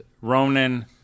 Ronan